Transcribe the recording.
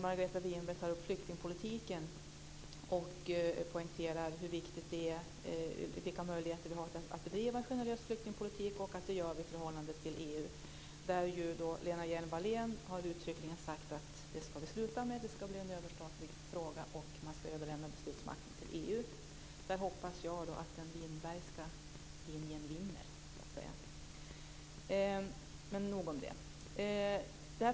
Margareta Winberg tog upp flyktingpolitiken och vilka möjligheter vi har att bedriva en generös flyktingpolitik i förhållande till EU. Lena Hjelm-Wallén har uttryckligen sagt att vi ska sluta med det. Flyktingpolitiken ska bli en överstatlig fråga och man ska överlämna beslutsmakten till EU. Där hoppas jag att den Winbergska linjen vinner. Nog om det.